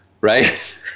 right